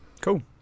Cool